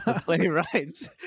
Playwrights